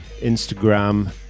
Instagram